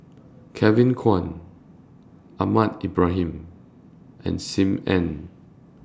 Kevin Kwan Ahmad Ibrahim and SIM Ann